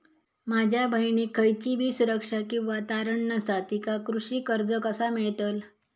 माझ्या बहिणीक खयचीबी सुरक्षा किंवा तारण नसा तिका कृषी कर्ज कसा मेळतल?